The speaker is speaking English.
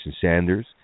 Sanders